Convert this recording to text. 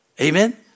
Amen